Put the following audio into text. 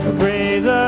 praise